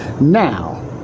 Now